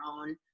own